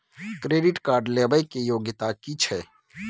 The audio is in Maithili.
क्रेडिट कार्ड लेबै के योग्यता कि छै?